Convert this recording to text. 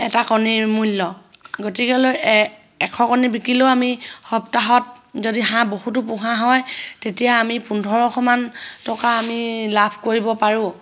এটা কণীৰ মূল্য গতিকেলৈ এ এশ কণী বিকিলেও আমি সপ্তাহত যদি হাঁহ বহুতো পোহা হয় তেতিয়া আমি পোন্ধৰশমান টকা আমি লাভ কৰিব পাৰোঁ